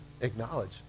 acknowledge